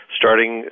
starting